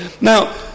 Now